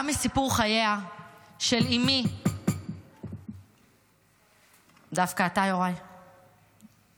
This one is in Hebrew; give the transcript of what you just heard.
גם מסיפור חייה של אימי, דווקא אתה, יוראי גם